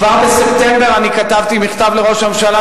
כבר בספטמבר כתבתי מכתב לראש הממשלה,